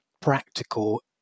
practical